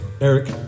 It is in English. Eric